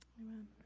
Amen